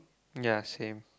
ya same